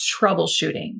troubleshooting